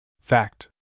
Fact